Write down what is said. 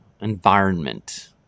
environment